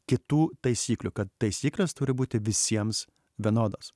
kitų taisyklių kad taisyklės turi būti visiems vienodos